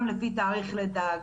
גם לפי תאריך לידה,